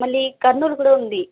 మళ్ళీ కుర్నూలు కూడా ఉంది